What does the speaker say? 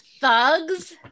Thugs